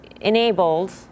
enabled